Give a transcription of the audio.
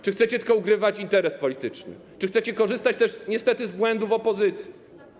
czy chcecie tylko ugrywać interes polityczny, czy chcecie korzystać niestety z błędów opozycji?